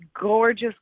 gorgeous